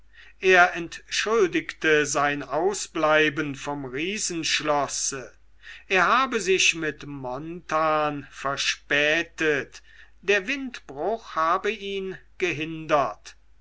er entschuldigte sein außenbleiben vom riesenschlosse er habe sich mit jarno verspätet der windbruch habe ihn gehindert